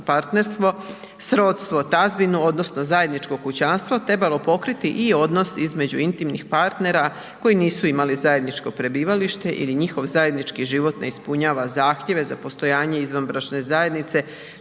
partnerstvo, srodstvo, tazbinu odnosno zajedničko kućanstvo trebalo pokriti i odnos između intimnih partnera koji nisu imali zajedničko prebivalište ili njihov zajednički život ne ispunjava zahtjeve za postojanje izvanbračne zajednice